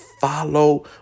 follow